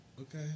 Okay